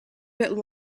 bit